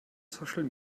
social